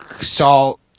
salt